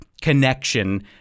connection